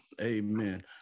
amen